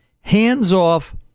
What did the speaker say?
hands-off